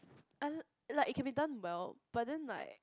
I like it can be done well but then like